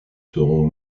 seront